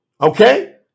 Okay